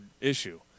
issue